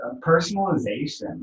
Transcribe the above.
personalization